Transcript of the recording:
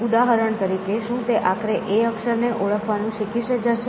ઉદાહરણ તરીકે શું તે આખરે "A" અક્ષરને ઓળખવાનું શીખી જશે